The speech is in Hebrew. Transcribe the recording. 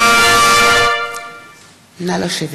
נא לשבת.